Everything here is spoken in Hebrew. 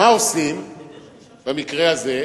מה עושים במקרה הזה?